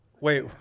Wait